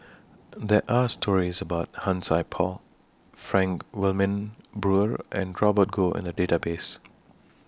There Are stories about Han Sai Por Frank Wilmin Brewer and Robert Goh in The Database